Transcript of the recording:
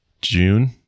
June